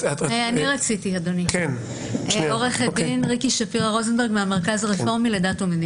אני עורכת דין מהמרכז הרפורמי לדת ומדינה.